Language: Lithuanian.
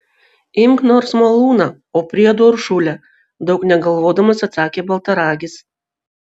imk nors malūną o priedo uršulę daug negalvodamas atsakė baltaragis